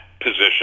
position